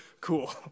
cool